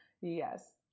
Yes